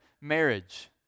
marriage